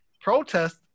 protest